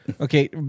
Okay